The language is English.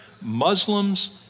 Muslims